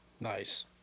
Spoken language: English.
Nice